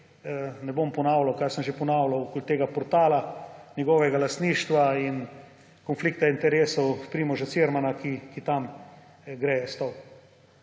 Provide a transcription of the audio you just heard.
ne bom ponavljal, kar sem že ponavljal okoli tega portala, njegovega lastništva in konflikta interesov Primoža Cirmana, ki tam greje stol